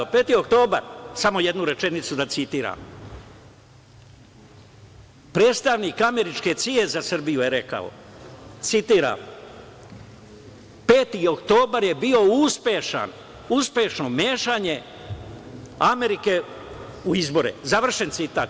Peti oktobar, samo jednu rečenicu da citiram, predstavnik američke CIA za Srbiju je rekao, citiram: „Peti oktobar je bio uspešan, uspešno mešanje Amerike u izbore“, završen citat.